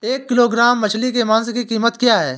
एक किलोग्राम मछली के मांस की कीमत क्या है?